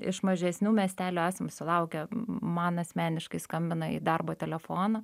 iš mažesnių miestelių esam sulaukę man asmeniškai skambina į darbo telefoną